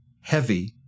heavy